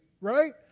right